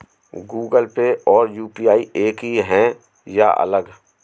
Google Pay और UPI एक ही है या अलग?